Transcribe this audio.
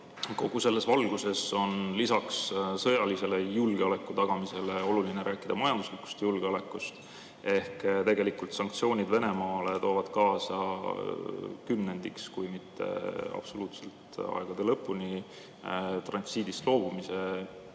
Kogu selles valguses on lisaks sõjalisele julgeoleku tagamisele oluline rääkida ka majanduslikust julgeolekust. Ehk tegelikult sanktsioonid Venemaa vastu toovad kaasa kümnendiks kui mitte absoluutselt aegade lõpuni transiidist loobumise.